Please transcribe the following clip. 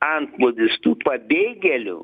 antplūdis tų pabėgėlių